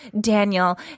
Daniel